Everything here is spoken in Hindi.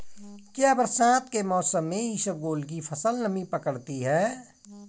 क्या बरसात के मौसम में इसबगोल की फसल नमी पकड़ती है?